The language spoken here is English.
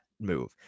move